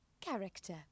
Character